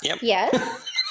Yes